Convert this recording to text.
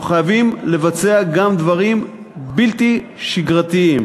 אנחנו חייבים לבצע גם דברים בלתי שגרתיים.